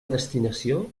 destinació